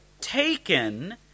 taken